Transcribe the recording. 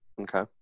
Okay